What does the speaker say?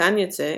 מכאן יוצא,